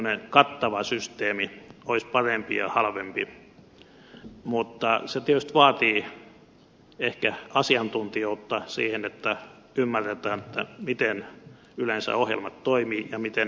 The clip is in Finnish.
tämmöinen kattava systeemi olisi parempi ja halvempi mutta se tietysti vaatii ehkä asiantuntijuutta siinä että ymmärretään miten yleensä ohjelmat toimivat ja miten ne kehitetään